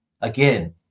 Again